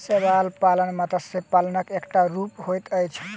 शैवाल पालन मत्स्य पालनक एकटा रूप होइत अछि